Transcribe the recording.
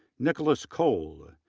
nicholas cole,